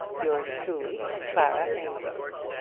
yours truly, clara amedroz.